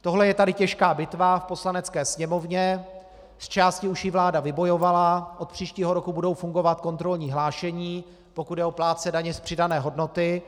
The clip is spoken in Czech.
Tohle je tady těžká bitva v Poslanecké sněmovně, zčásti už ji vláda vybojovala, od příštího roku budou fungovat kontrolní hlášení, pokud jde o plátce daně z přidané hodnoty.